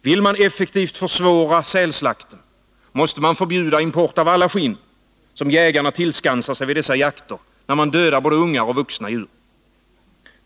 Vill man effektivt försvåra sälslakten, måste man förbjuda import av alla skinn som Nr 37 jägarna tillskansar sig vid dessa jakter, när de dödar både ungar och vuxna Torsdagen den djur.